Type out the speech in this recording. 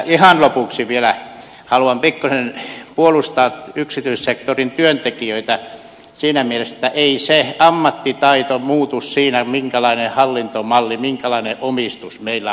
ihan lopuksi vielä haluan pikkasen puolustaa yksityissektorin työntekijöitä siinä mielessä että ei se ammattitaito muutu sillä minkälainen hallintomalli minkälainen omistus meillä on